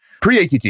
Pre-ATT